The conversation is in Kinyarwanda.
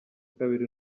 kabiri